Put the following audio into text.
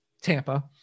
Tampa